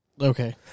Okay